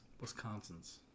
Wisconsin's